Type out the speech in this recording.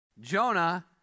Jonah